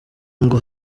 ngo